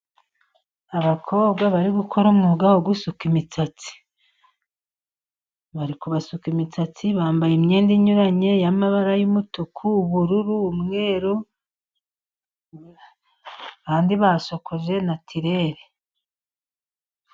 Abakobwa bari gukora umwuga wo gusuka imitsatsi, bari kubasuka imitsatsi bambaye imyenda inyuranye y'amabara y'umutuku, ubururu, umweru, abandi basokoje natirere.